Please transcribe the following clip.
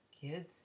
kids